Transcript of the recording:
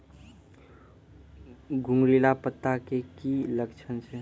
घुंगरीला पत्ता के की लक्छण छै?